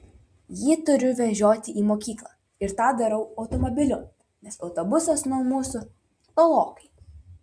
jį turiu vežioti į mokyklą ir tą darau automobiliu nes autobusas nuo mūsų tolokai